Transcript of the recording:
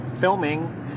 filming